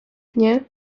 nie